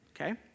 Okay